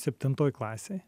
septintoj klasėj